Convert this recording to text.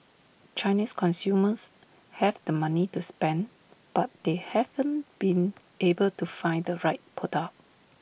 Chinese consumers have the money to spend but they haven't been able to find the right product